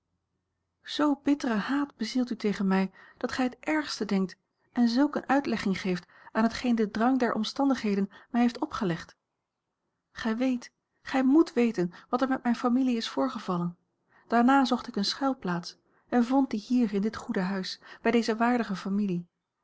zoo bittere haat bezielt u tegen mij dat gij het ergste denkt en zulk eene uitlegging geeft aan hetgeen de drang der omstandigheden mij heeft opgelegd gij weet gij moet weten wat er met mijne familie is voorgevallen daarna zocht ik eene schuilplaats en vond die hier in dit goede huis bij deze waardige familie